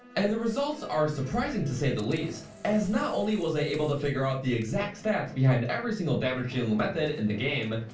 and the results are. surprising to say the least, as not only was i able to figure out the exact stats behind every single damage dealing method in this game,